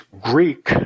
Greek